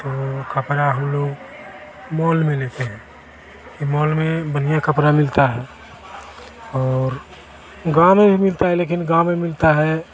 तो कपड़ा हम लोग मोल में लेते हैं ई मोल में बढ़िया कपड़ा मिलता है और गाँव में भी मिलता है लेकिन गाँव में मिलता है